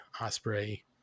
Osprey